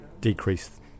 decrease